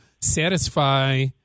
satisfy